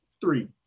three